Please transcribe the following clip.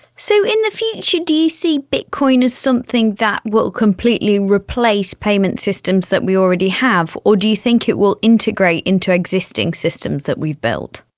so in the future do you see bitcoin as something that will completely replace payment systems that we already have, or do you think it will integrate into existing systems that we've built?